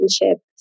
relationship